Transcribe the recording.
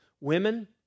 Women